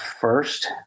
first